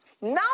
Now